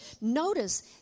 Notice